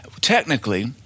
Technically